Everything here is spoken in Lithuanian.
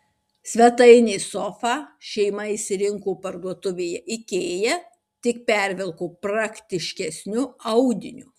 svetainės sofą šeima išsirinko parduotuvėje ikea tik pervilko praktiškesniu audiniu